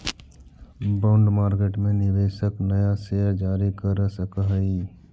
bond market में निवेशक नया शेयर जारी कर सकऽ हई